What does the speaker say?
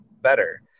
better